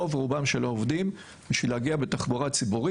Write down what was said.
רוב רובם של העובדים בשביל להגיע בתחבורה ציבורית,